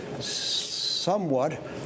somewhat